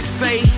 say